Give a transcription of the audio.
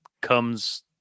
comes